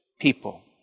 people